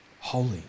holy